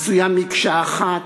העשויה מקשה אחת,